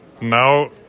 now